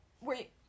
Wait